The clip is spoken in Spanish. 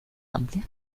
amplia